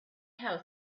house